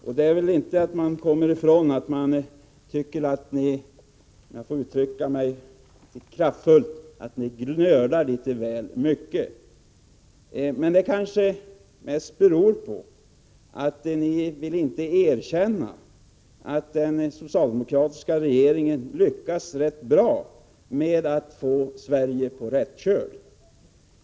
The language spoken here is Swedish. Och man kommer väl inte ifrån att tycka — om jag får uttrycka mig litet kraftfullt — att ni gnölar litet väl mycket. Men det kanske mest beror på att ni inte vill erkänna att den socialdemokratiska regeringen lyckas rätt bra med att få Sverige på rätt köl.